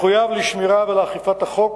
מחויב לשמירת החוק ולאכיפתו,